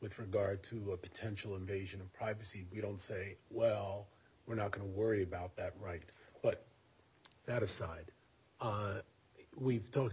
with regard to a potential invasion of privacy you don't say well we're not going to worry about that right but that aside we've talked